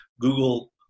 Google